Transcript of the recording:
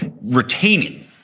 retaining